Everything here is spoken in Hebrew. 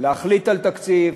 להחליט על תקציב,